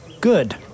Good